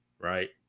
right